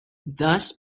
thus